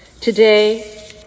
Today